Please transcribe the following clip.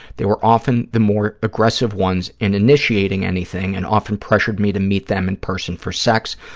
they were often the more aggressive ones in initiating anything and often pressured me to meet them in person for sex,